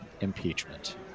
impeachment